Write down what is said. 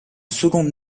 secondes